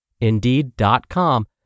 Indeed.com